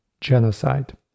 Genocide